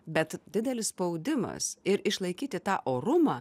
bet didelis spaudimas ir išlaikyti tą orumą